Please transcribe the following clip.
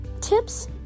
tips